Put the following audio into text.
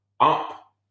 up